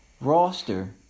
roster